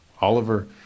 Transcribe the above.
Oliver